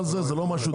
זה לא משהו דחוף.